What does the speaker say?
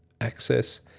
access